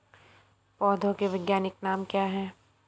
पौधों के वैज्ञानिक नाम क्या हैं?